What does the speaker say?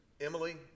Emily